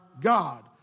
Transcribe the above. God